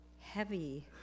heavy